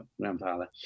grandfather